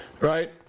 right